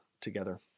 together